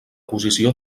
posició